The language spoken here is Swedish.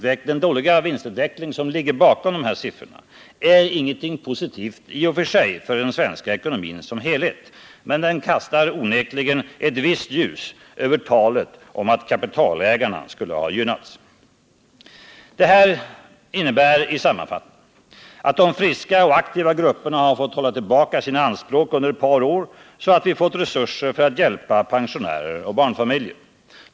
Denna dåliga vinstutveckling är i och för sig inget positivt för den svenska ekonomin i dess helhet, men den kastar onekligen ett visst ljus över talet om att ”kapitalägarna” skulle ha gynnats. Det här innebär i sammanfattning: De friska och aktiva grupperna har fått hålla tillbaka sina anspråk under ett par år, så att vi har fått resurser för att hjälpa pensionärer och barnfamiljer.